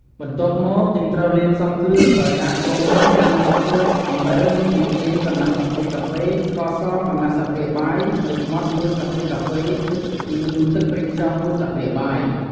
បន្ទាប់មក យើងត្រូវលាយផ្សំគ្រឿងដោយដាក់ ពងមាន់ចំនួន១០គ្រាប់ អំបិលនិងប៊ីចេង កន្លះស្លាបព្រាកាហ្វេ ស្ករសកន្លះស្លាបព្រាបាយ ម្រេចម៉ដ្ឋ១ស្លាបព្រាកាហ្វេ ទឹកស៊ីអ៉ីវនិងទឹកប្រេងខ្យង ១ស្លាបព្រាបាយ។